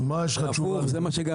מה התשובה שלך לזה?